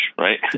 right